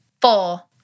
Four